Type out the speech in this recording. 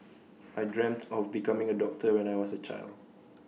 I dreamt of becoming A doctor when I was A child